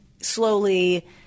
slowly